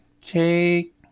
take